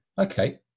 Okay